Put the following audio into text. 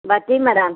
ಬರ್ತೀವಿ ಮೇಡಮ್